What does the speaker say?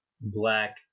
Black